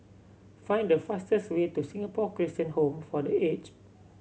find the fastest way to Singapore Christian Home for The Aged